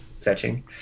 fetching